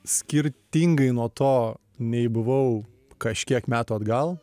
skirtingai nuo to nei buvau kažkiek metų atgal